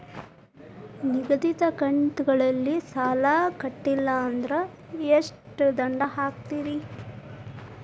ನಿಗದಿತ ಕಂತ್ ಗಳಲ್ಲಿ ಸಾಲ ಕಟ್ಲಿಲ್ಲ ಅಂದ್ರ ಎಷ್ಟ ದಂಡ ಹಾಕ್ತೇರಿ?